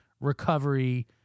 recovery